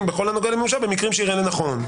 בכול הנוגע למימושם במקרים שייראה לנכון".